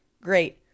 Great